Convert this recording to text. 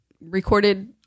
recorded